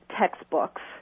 textbooks